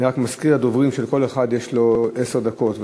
אני רק מזכיר לדוברים שלכל אחד יש עשר דקות,